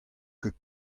ket